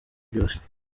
byose